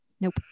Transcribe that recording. Nope